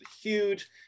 huge